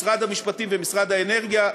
משרד המשפטים ומשרד האנרגיה.